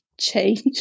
change